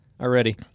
already